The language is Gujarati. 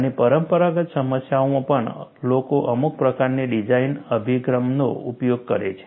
અને પરંપરાગત સમસ્યાઓમાં પણ લોકો અમુક પ્રકારની ડિઝાઇન અભિગમનો ઉપયોગ કરે છે